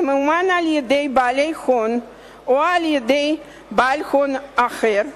ממומן על-ידי בעלי הון או על-ידי בעל הון אחד,